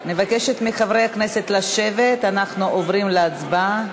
אני מבקשת מחברי הכנסת לשבת, אנחנו עוברים להצבעה.